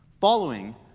Following